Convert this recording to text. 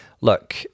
look